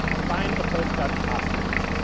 find a post about the oscars.